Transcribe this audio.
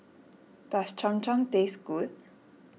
does Cham Cham taste good